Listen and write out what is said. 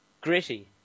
gritty